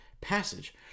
passage